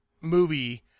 movie